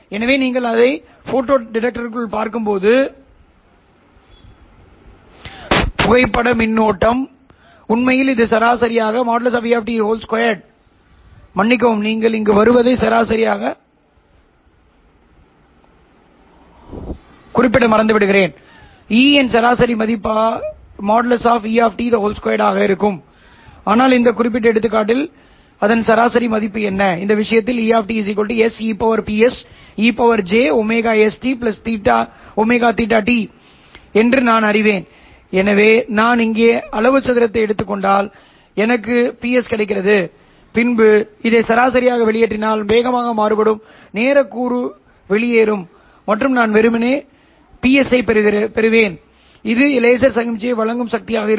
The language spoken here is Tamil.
எனவே நீங்கள் அதை ஃபோட்டோடெக்டருக்குள் பார்க்கும்போது புகைப்பட மின்னோட்டம் உண்மையில் இது சராசரியாக | E | 2 மன்னிக்கவும் நீங்கள் இங்கு வருவதை சராசரியாக வைக்க மறந்துவிடுகிறேன் | E இன் சராசரி மதிப்பு | t | 2 ஆனால் இந்த குறிப்பிட்ட எடுத்துக்காட்டில் சராசரி மதிப்பு என்ன இந்த விஷயத்தில் E sePse j st θ என்று நான் அறிவேன் எனவே நான் இங்கே அளவு சதுரத்தை எடுத்துக் கொண்டால் எனக்கு Ps கிடைக்கிறது பின்னர் இதை சராசரியாக வெளியேற்றினால் வேகமாக மாறுபடும் நேரக் கூறு வெளியேறும் மற்றும் நான் வெறுமனே பிஎஸ்ஸைப் பெறுங்கள் இது லேசர் சமிக்ஞையை வழங்கும் சக்தியாக இருக்கும்